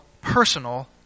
personal